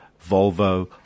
Volvo